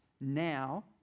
now